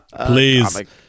Please